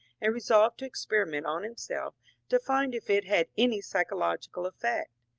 and resolved to experiment on himself to find if it had any psy chological effect.